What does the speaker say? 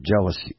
jealousy